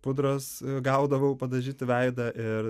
pudras gaudavau padažyti veidą ir